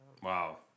wow